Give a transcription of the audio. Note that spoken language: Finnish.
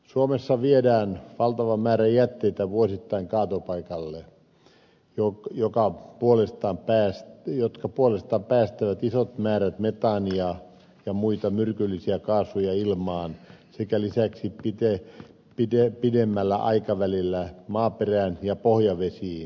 suomessa viedään valtava määrä jätteitä vuosittain kaatopaikoille jotka puolestaan päästävät isot määrät metaania ja muita myrkyllisiä kaasuja ilmaan sekä lisäksi pidemmällä aikavälillä maaperään ja pohjavesiin